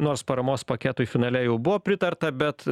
nors paramos paketui finale jau buvo pritarta bet